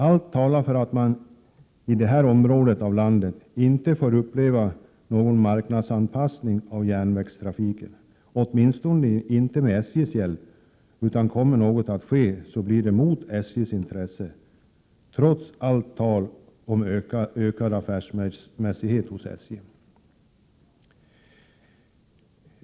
Allt talar för att man i det här området av landet inte får uppleva någon marknadsanpassning av järnvägstrafiken, åtminstone inte med SJ:s hjälp. Om något sker blir det mot SJ:s intresse — trots allt tal om ökad affärsmässighet hos SJ.